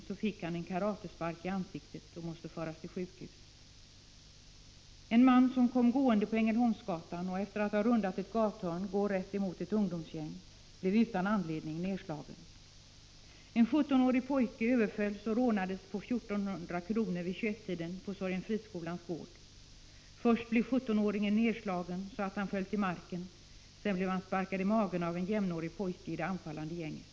Han fick då en karatespark i ansiktet och måste föras till sjukhus. Det tredje exemplet gäller en man som kom gående på Ängelholmsgatan. Efter att ha rundat ett gathörn gick han rakt emot ett ungdomsgäng. Utan anledning blev han nedslagen. Det fjärde exemplet gäller en 17-årig pojke som överfölls en kväll vid 21-tiden och rånades på 1400 kr. Detta hände på Sorgenfriskolans gård. Först blev 17-åringen nedslagen till marken. Sedan blev han sparkad i magen av en jämnårig pojke i det anfallande gänget.